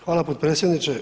Hvala potpredsjedniče.